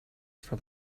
from